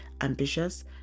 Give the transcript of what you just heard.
ambitious